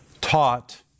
taught